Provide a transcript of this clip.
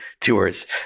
tours